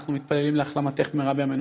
אנחנו מתפללים להחלמתך במהרה בימינו.